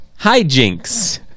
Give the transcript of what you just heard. Hijinks